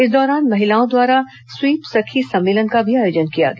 इस दौरान महिलाओं द्वारा स्वीप सखी सम्मेलन का भी आयोजन किया गया